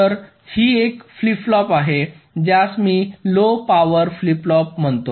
तर ही एक फ्लिप फ्लॉप आहे ज्यास मी लो पावर फ्लिप फ्लॉप म्हणतो